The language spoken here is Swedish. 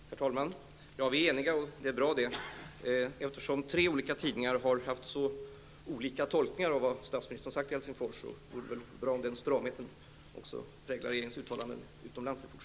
Herr talman! Ja, vi är eniga, och det är bra. Eftersom tre olika tidningar har gjort så olika tolkningar av vad statsministern har sagt i Helsingfors vore det bra om denna stramhet i fortsättningen också präglar regeringens uttalanden utomlands.